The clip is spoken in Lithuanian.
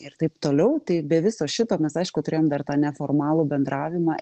ir taip toliau tai be viso šito mes aišku turėjom dar tą neformalų bendravimą